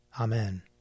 Amen